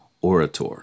orator